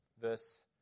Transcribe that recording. Verse